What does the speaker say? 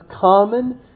common